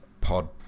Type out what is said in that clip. pod